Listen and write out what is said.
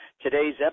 Today's